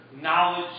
knowledge